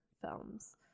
films